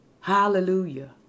Hallelujah